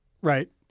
right